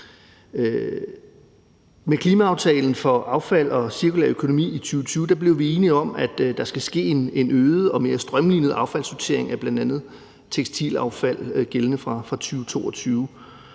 Med klimaaftalen for affald og cirkulær økonomi i 2020 blev vi enige om, at der skal ske en øget og mere strømlinet affaldssortering af bl.a. tekstilaffald gældende fra 2022.